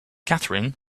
catherine